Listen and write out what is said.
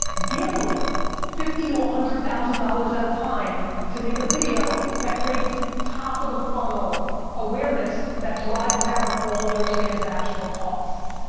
gambling fifty to one ah hundred thousand dollars at a time to make a video that creates top of the funnel awareness that drives down all their transactional costs.